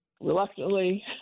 reluctantly